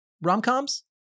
rom-coms